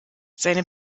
seine